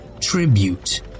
Tribute